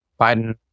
Biden